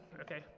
Okay